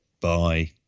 Bye